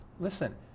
Listen